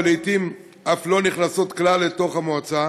ולעתים ההסעות אף לא נכנסות כלל אל תוך המועצה,